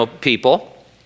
people